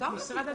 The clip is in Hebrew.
משרד התרבות.